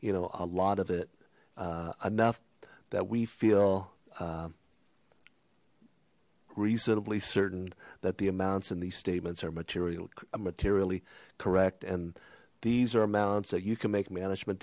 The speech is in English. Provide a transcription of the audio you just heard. you know a lot of it enough that we feel reasonably certain that the amounts in these statements are material material correct and these are amounts that you can make management